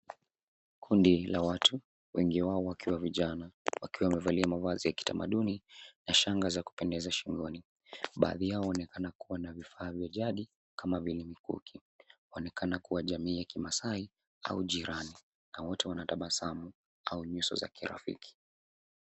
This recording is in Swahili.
Kundi la watu, wengi wao wakiwa vijana wakiwa wamevalia mavazi ya kitamaduni na shanga za kupendeza shingoni. Baadhi yao waonekana kuwa na vifaa vya jadi kama vile mikuki. Waonekana kama jamii ya kimaasai, au jirani na wote wana tabasamu au nyuso za kirafiki.